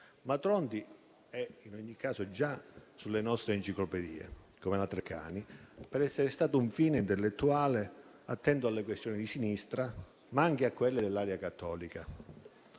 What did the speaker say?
Tronti è in ogni caso già presente nelle nostre enciclopedie, come la Treccani, per essere stato un fine intellettuale, attento alle questioni di sinistra, ma anche a quelle dell'area cattolica.